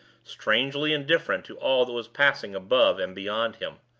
strangely indifferent to all that was passing above and beyond him.